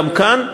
גם כאן,